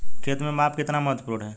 खेत में माप कितना महत्वपूर्ण है?